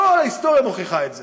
כל ההיסטוריה מוכיחה את זה.